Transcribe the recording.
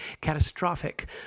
catastrophic